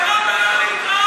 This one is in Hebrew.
שלום ולא להתראות.